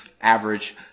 average